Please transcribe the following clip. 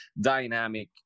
dynamic